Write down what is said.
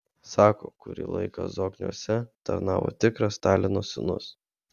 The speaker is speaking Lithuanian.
sako kurį laiką zokniuose tarnavo tikras stalino sūnus